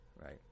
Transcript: right